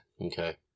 Okay